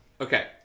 Okay